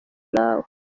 nawe